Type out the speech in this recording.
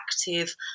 active